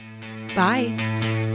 Bye